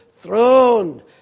Throne